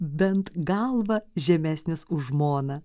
bent galva žemesnis už žmoną